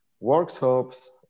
workshops